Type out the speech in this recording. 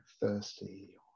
thirsty